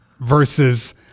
versus